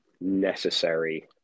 necessary